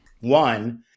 one